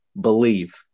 believe